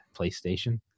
PlayStation